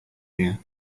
here